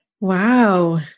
Wow